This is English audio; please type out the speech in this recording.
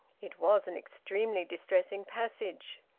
it was an extremely distressing passage.